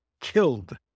killed